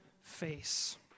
face